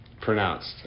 pronounced